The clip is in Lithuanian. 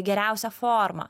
geriausią formą